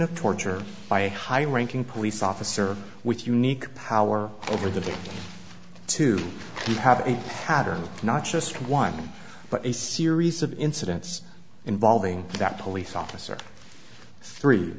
of torture by a high ranking police officer with unique power over the victim to have a pattern not just one but a series of incidents involving that police officer three